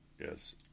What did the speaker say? Yes